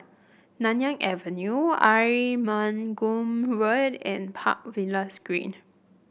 Nanyang Avenue Arumugam Road and Park Villas Green